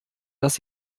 dass